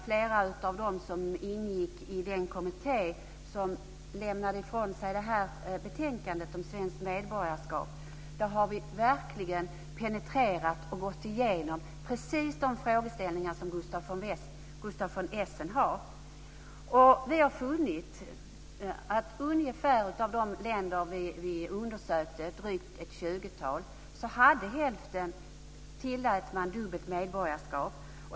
Flera av oss som ingick i den kommitté som lämnade ifrån sig betänkandet som svensk medborgarskap har verkligen penetrerat och gått igenom precis de frågeställningar som Gustaf von Essen tar upp. Vi har funnit att i hälften av de länder som vi undersökte, drygt ett tjugotal, tillät man dubbelt medborgarskap.